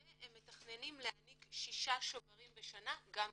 והם מתכננים להעניק שישה שוברים בשנה גם בעתיד.